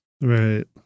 Right